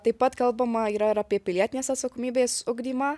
taip pat kalbama yra ir apie pilietinės atsakomybės ugdymą